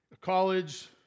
college